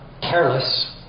careless